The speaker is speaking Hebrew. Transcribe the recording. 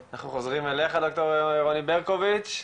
אנחנו חוזרים אליך, ד"ר רוני ברקוביץ.